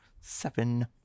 seven